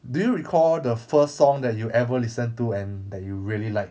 do you recall the first song that you ever listened to and that you really like